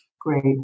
Great